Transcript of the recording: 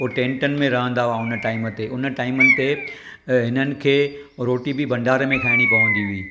हो टैंटनि में रहंदा हुआ उन टाइम ते उन टाइमनि ते उन्हनि खे रोटी बि भंडारे में खाइणी पवंदी हुई